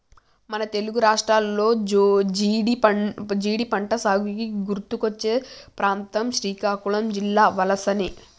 మన తెలుగు రాష్ట్రాల్లో జీడి పంటసాగుకి గుర్తుకొచ్చే ప్రాంతం శ్రీకాకుళం జిల్లా పలాసనే